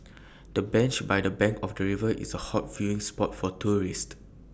the bench by the bank of the river is A hot viewing spot for tourists